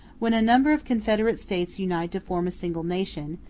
when a number of confederate states unite to form a single nation,